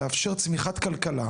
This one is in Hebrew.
לאפשר צמיחת כלכלה,